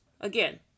Again